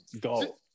go